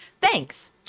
Thanks